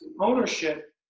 Ownership